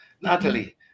Natalie